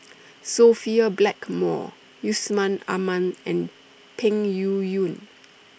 Sophia Blackmore Yusman Aman and Peng Yuyun